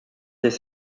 des